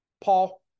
Paul